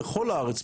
בכל הארץ,